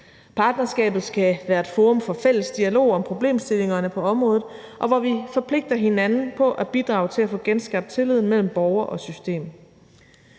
Partnerskabet skal være et forum for fælles dialog om problemstillingerne på området, hvor vi forpligter hinanden på at bidrage til at få genskabt tilliden mellem borgere og system.